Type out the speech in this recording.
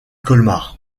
colmar